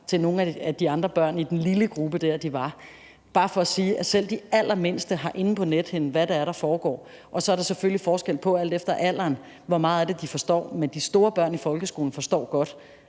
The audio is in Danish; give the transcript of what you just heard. til nogle af de andre børn i den lille gruppe, de var: Skal vi lege coronalavamonster? Det er bare for at sige, at selv de allermindste har inde på nethinden, hvad det er, der foregår, og så er der selvfølgelig forskel på – alt efter alderen – hvor meget af det de forstår. Men de store børn i folkeskolen forstår godt,